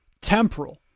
temporal